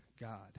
God